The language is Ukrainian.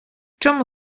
чому